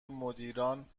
مدیران